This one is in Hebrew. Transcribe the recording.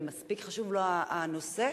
ומספיק חשוב לו הנושא,